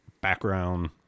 background